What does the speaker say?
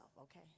Okay